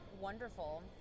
wonderful